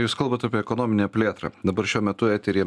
jūs kalbat apie ekonominę plėtrą dabar šiuo metu eteryje